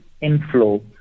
inflow